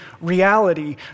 reality